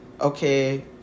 okay